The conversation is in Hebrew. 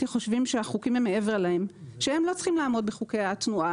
חושבים שהחוקים הם מעבר להם ושהם לא צריכים לעמוד בחוקי התנועה